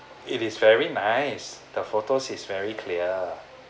it is very nice the photos is very clear